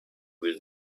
will